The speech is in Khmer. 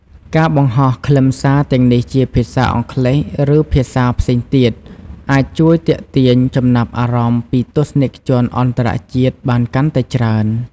ការបង្ហោះខ្លឹមសារទាំងនេះជាភាសាអង់គ្លេស ឬភាសាផ្សេងទៀត អាចជួយទាក់ទាញចំណាប់អារម្មណ៍ពីទស្សនិកជនអន្តរជាតិបានកាន់តែច្រើន។